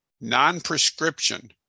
Non-prescription